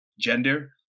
gender